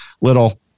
little